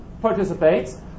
Participates